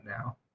now